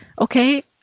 Okay